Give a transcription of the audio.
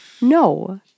No